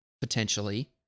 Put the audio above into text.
potentially